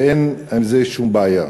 ואין עם זה שום בעיה.